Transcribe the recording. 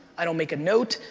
i don't make a note,